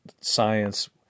science